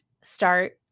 start